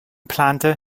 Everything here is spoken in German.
plante